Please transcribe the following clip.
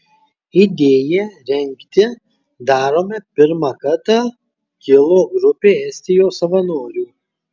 idėja rengti darome pirmą kartą kilo grupei estijos savanorių